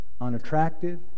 unattractive